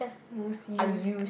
most used